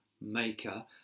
maker